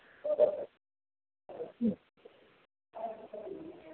ह्म्म